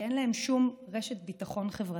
כי אין להם שום רשת ביטחון חברתית.